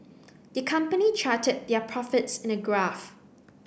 the company charted their profits in a graph